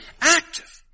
active